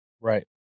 right